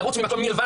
לרוץ ממקום למקום,